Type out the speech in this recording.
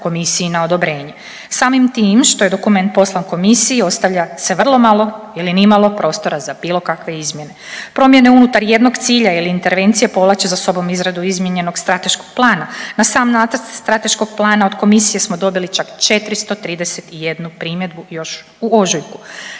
Komisiji na odobrenje? Samim tim što je dokument poslan Komisiji ostavlja se vrlo malo ili nimalo prostora za bilo kakve izmjene. Promjene unutar jednog cilja ili intervencije povlače za sobom izradu izmijenjenog strateškog plana. Na sam nacrt strateškog plana od Komisije smo dobili čak 431 primjedbu još u ožujku.